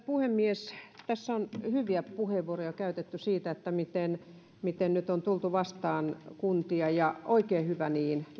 puhemies tässä on hyviä puheenvuoroja käytetty siitä miten miten nyt on tultu vastaan kuntia ja oikein hyvä niin